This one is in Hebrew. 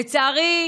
לצערי,